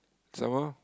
some more